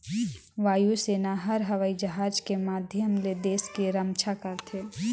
वायु सेना हर हवई जहाज के माधियम ले देस के रम्छा करथे